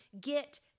get